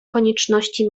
konieczności